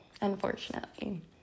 unfortunately